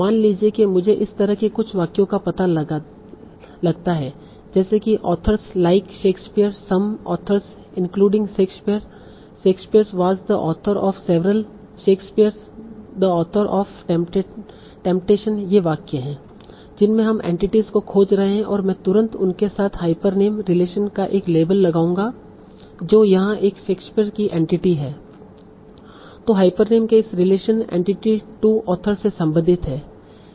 मान लीजिए कि मुझे इस तरह के कुछ वाक्यों का पता लगता है जैसे कि authors like Shakespeare some authors including Shakespeare Shakespeare was the author of several Shakespeare the author of temptation ये वाक्य हैं जिनमे हम एंटिटीस को खोज रहे है और मैं तुरंत उनके साथ हाइपरनीम रिलेशन का एक लेबल लगाऊंगा जो यहां एक शेक्सपियर की एंटिटी है जो हाइपरनिम के इस रिलेशन एंटिटी 2 ऑथर से संबंधित है